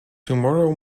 tomorrow